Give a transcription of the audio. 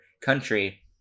country